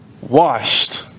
washed